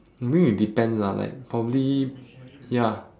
maybe it depends ah like probably ya